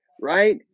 right